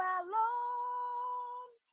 alone